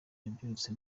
yabyirutse